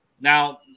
Now